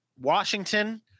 washington